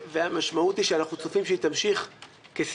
והמשמעות היא שאנחנו צופים שהיא תמשיך כסדרה.